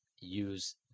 use